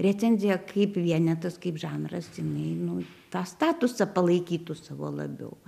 recenzija kaip vienetas kaip žanras jinai nu tą statusą palaikytų savo labiau